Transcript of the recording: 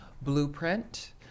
blueprint